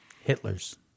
Hitler's